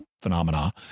phenomena